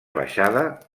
baixada